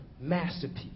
masterpiece